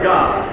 God